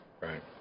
Right